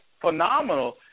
phenomenal